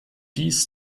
dies